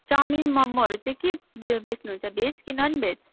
chowmein मोमोहरू चाहिँ के बे बेच्नुहुन्छ भेज कि ननभेज